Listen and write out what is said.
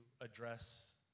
address